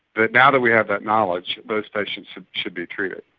that now that we have that knowledge those patients should should be treated.